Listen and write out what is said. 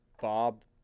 Bob